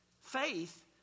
Faith